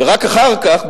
ורק אחר כך,